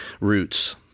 roots